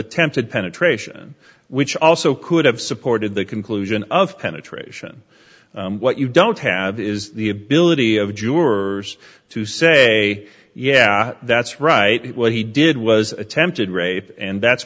attempted penetration which also could have supported the conclusion of penetration what you don't have is the ability of jurors to say yeah that's right what he did was attempted rape and that's